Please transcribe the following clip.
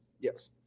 Yes